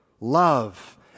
love